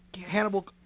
Hannibal